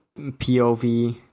POV